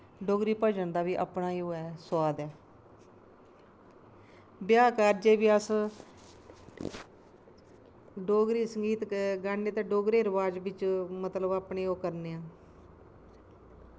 डोगरी भजन दा बी अपना गै ओह् ऐ सुआद ऐ ब्याह् कारजे बी अस डोगरी संगीत गान्ने ते डोगरी गै रवाज बिच्च अपनी मतलव ओह् करने आं